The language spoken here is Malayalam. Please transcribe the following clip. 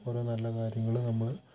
ഓരോ നല്ല കാര്യങ്ങൾ നമ്മൾ